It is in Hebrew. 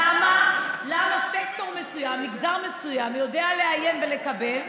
למה סקטור מסוים, מגזר מסוים, יודע לאיים ולקבל,